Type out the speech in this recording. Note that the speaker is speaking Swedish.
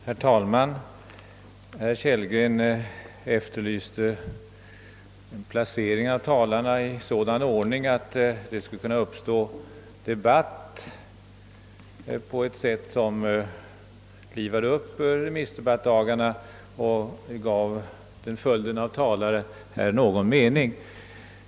Herr talman! Herr Kellgren efterlyste placering av talarna i en sådan ordning, att det skulle kunna uppstå en debatt som livade upp remissdebattsdagarna och alltså gav den givna ordningsföljden av talare någon mening.